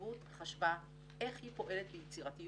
הנציבות חשבה איך היא פועלת ליצירתיות,